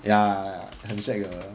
ya 很 shag 的